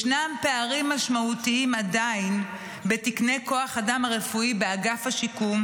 ישנם פערים משמעותיים עדיין בתקני כוח האדם הרפואי באגף השיקום,